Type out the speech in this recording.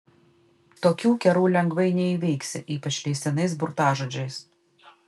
tokių kerų lengvai neįveiksi ypač leistinais burtažodžiais